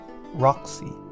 Roxy